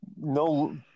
no